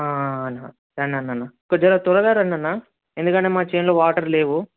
రండి రండన్న కొద్దిగా త్వరగా రండన్నా ఎందుకంటే మా చేనులో వాటర్ లేవు